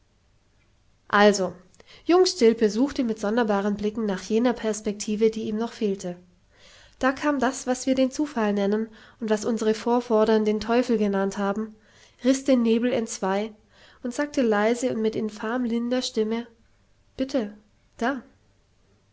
also jung stilpe suchte mit sonderbaren blicken nach jener perspektive die ihm noch fehlte da kam das was wir den zufall nennen und was unsre vorvordern den teufel genannt haben riß den nebel entzwei und sagte leise und mit infam linder stimme bitte da